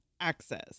access